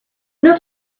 not